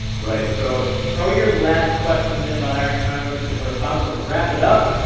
right so throw your last questions in about iron condors because we're about to wrap it up.